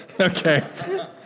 Okay